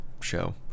show